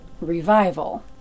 revival